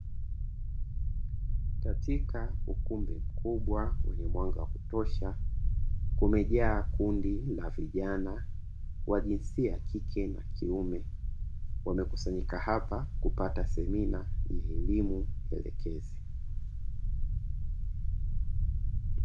Katika ukumbi mkubwa wa wenye mwanga wa kutosha, limejaa kundi la vijana wa jinsia ya kike na kiume, wamekusanyika hapa kupata semina ya elimu elekezi.